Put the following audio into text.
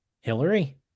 Hillary